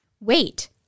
Wait